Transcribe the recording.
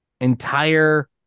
entire